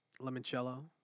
limoncello